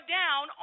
down